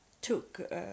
took